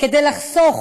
כדי לחסוך